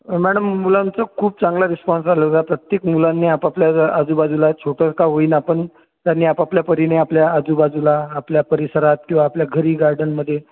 madam मुलांचा खूप चांगला रिस्पॉन्स आलेला प्रत्येक मुलांनी आपापल्या आजूबाजूला छोटं का होईना पण त्यांनी आपापल्या परीनं आपापल्या आजूबाजूला आपल्या परिसरात किंवा आपल्या घरी गार्डनमध्ये